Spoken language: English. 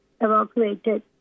evacuated